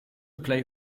play